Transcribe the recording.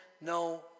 no